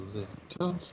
little